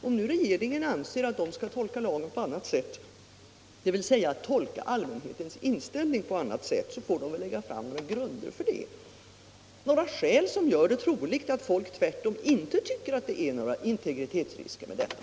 Om nu regeringen anser att datainspektionen skall tolka lagen på annat sätt, dvs. tolka allmänhetens inställning på annat sätt, får den väl lägga fram några grunder härför — framlägga skäl som gör det troligt att folk tvärtom inte tycker att det är några integritetsrisker med detta.